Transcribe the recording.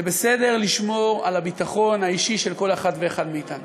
זה בסדר לשמור על הביטחון האישי של כל אחד ואחד מאתנו,